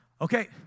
okay